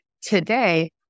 today